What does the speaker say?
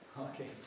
Okay